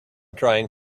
trying